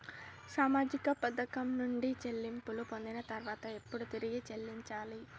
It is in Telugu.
సామాజిక పథకం నుండి చెల్లింపులు పొందిన తర్వాత ఎప్పుడు తిరిగి చెల్లించాలి?